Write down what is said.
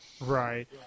Right